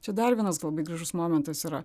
čia dar vienas labai gražus momentas yra